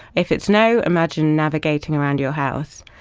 if it's no, imagine navigating around your house.